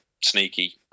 sneaky